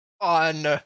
on